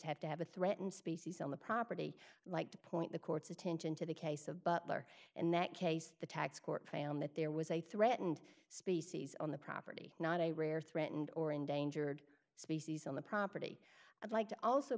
have to have a threatened species on the property like to point the court's attention to the case of butler in that case the tax court found that there was a threatened species on the property not a rare threatened or endangered species on the property i'd like to also